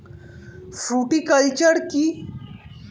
Fruticulture কী?